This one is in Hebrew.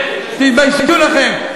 תתביישו לכם.